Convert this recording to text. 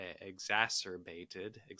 exacerbated